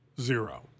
zero